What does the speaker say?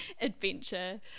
adventure